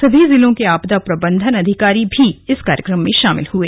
सभी जिलों के आपदा प्रबंधन अधिकारी भी इस कार्यक्रम में शामिल हुए